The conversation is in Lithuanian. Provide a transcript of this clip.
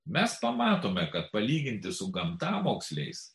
mes pamatome kad palyginti su gamtamoksliais